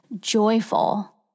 joyful